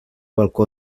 balcó